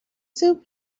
soup